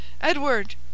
Edward